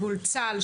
מול צה"ל,